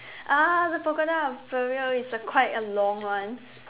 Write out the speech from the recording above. uh the Pagoda of Peril is the quite a long one